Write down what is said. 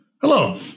Hello